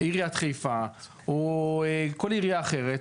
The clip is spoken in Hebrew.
עיריית חיפה או כל עירייה אחרת,